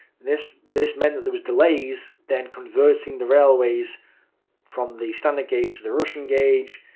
this this meant that there was delays then converting the railways from the standard gauge to the russian gauge.